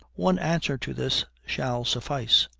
one answer to this shall suffice.